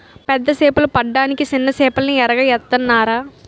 పెద్ద సేపలు పడ్డానికి సిన్న సేపల్ని ఎరగా ఏత్తనాన్రా